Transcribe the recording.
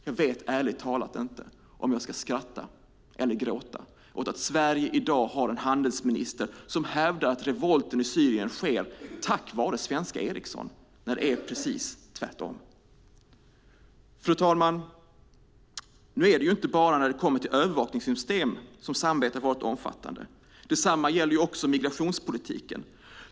Jag vet ärligt talat inte om jag ska skratta eller gråta åt att Sverige i dag har en handelsminister som hävdar att revolten i Syrien sker tack vare svenska Ericsson, när det är precis tvärtom. Fru talman! Nu är det ju inte bara när det kommer till övervakningssystem som samarbetet har varit omfattande - detsamma gäller också migrationspolitiken.